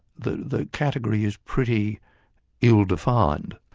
the the category is pretty ill-defined.